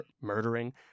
murdering